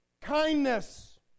kindness